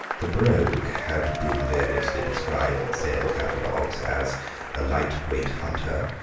the brogue had been variously described in sale catalogues as a light-weight hunter,